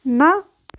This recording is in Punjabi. ਨਾ